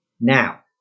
now